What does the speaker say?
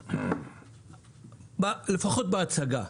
בבקשה.